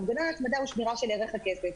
מנגנון ההצמדה הוא שמירה של ערך הכסף.